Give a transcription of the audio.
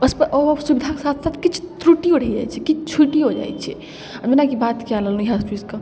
अस्प ओ आब सुविधाके साथ साथ किछु त्रुटिओ रहि जाइ छै किछु छुटिओ जाइ छै जेनाकि बात कऽ लेलहुँ फीसके